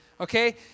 Okay